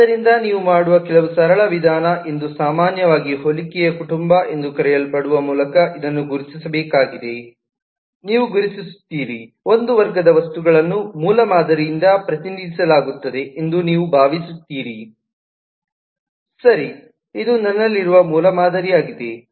ಆದ್ದರಿಂದ ನೀವು ಮಾಡುವ ಕೆಲಸವು ಸರಳ ವಿಧಾನ ಎಂದು ಸಾಮಾನ್ಯವಾಗಿ ಹೋಲಿಕೆಯ ಕುಟುಂಬ ಎಂದು ಕರೆಯಲ್ಪಡುವ ಮೂಲಕ ಇದನ್ನು ಗುರುತಿಸಬೇಕಾಗಿದೆ ನೀವು ಗುರುತಿಸುತ್ತೀರಿ ಒಂದು ವರ್ಗದ ವಸ್ತುಗಳನ್ನು ಮೂಲಮಾದರಿಯಿಂದ ಪ್ರತಿನಿಧಿಸಲಾಗುತ್ತದೆ ಎಂದು ನೀವು ಭಾವಿಸುತ್ತೀರಿ ಸರಿ ಇದು ನನ್ನಲ್ಲಿರುವ ಮೂಲಮಾದರಿಯಾಗಿದೆ